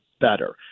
better